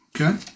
Okay